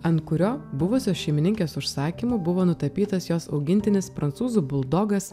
ant kurio buvusios šeimininkės užsakymu buvo nutapytas jos augintinis prancūzų buldogas